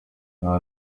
nta